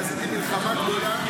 עשיתי מלחמה גדולה,